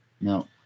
No